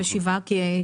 נכון.